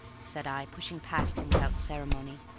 said i, pushing past him without ceremony.